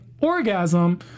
orgasm